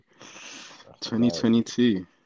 2022